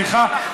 סליחה,